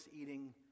eating